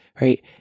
right